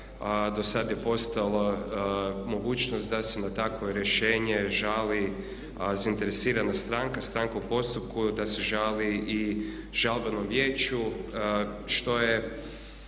do sad je postojala mogućnost da se na takvo rješenje žali zainteresirana stranka, stranka u postupku, da se želi i žalbenom vijeću što je